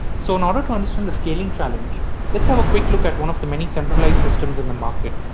so in order to understand the scaling challenge let's have a quick look at one of the many centralized systems in the market.